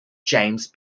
james